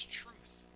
truth